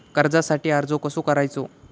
कर्जासाठी अर्ज कसो करायचो?